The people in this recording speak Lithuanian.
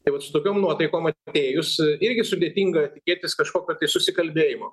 tai vat su tokiom nuotaikom atėjus irgi sudėtinga tikėtis kažkokio susikalbėjimo